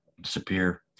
Disappear